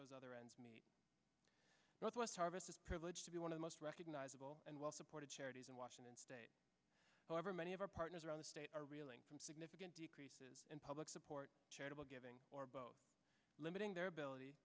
those other ends meet with us harvest this privilege to be one of the most recognizable and well supported charities in washington however many of our partners around the state are reeling from significant decreases in public support charitable giving or limiting their ability